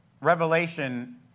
Revelation